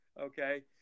okay